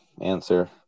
answer